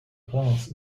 prince